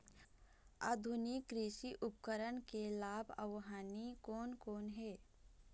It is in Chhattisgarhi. आधुनिक कृषि उपकरण के लाभ अऊ हानि कोन कोन हे?